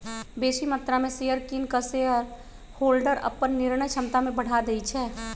बेशी मत्रा में शेयर किन कऽ शेरहोल्डर अप्पन निर्णय क्षमता में बढ़ा देइ छै